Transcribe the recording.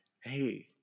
hey